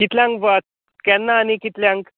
कितल्यांक वता केन्ना आनी कितल्यांक